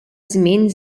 żmien